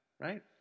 Right